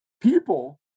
people